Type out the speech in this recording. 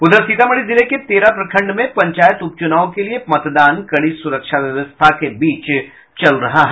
उधर सीतामढी जिले के तेरह प्रखंड में पंचायत उपचुनाव के लिए मतदान कडी सुरझा व्यवस्था के बीच चल रहा है